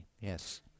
yes